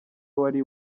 wari